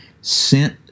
sent